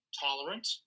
tolerant